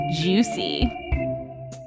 Juicy